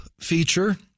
feature